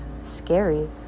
scary